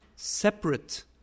Separate